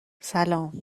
سلام